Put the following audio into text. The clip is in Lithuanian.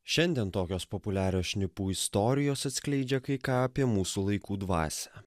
šiandien tokios populiarios šnipų istorijos atskleidžia kai ką apie mūsų laikų dvasią